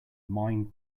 mind